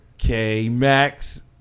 K-Max